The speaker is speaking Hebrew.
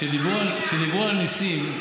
כשדיברו על ניסים,